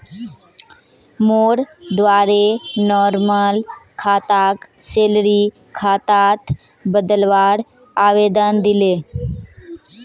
मोर द्वारे नॉर्मल खाताक सैलरी खातात बदलवार आवेदन दिले